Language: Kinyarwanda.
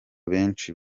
benshi